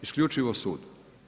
Isključivo sud.